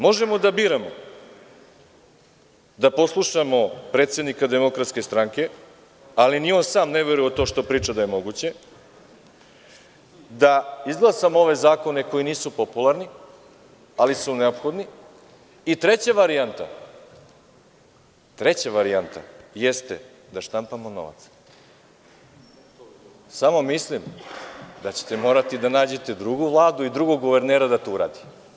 Možemo da biramo - da poslušamo predsednika DS, ali ni on sam ne veruje u to što priča da je moguće, da izglasamo ove zakone koji nisu popularni, ali su neophodni i treća varijanta jeste da štampamo novac, samo mislim da ćete morati da nađete drugu Vladu i drugog guvernera da to uradi.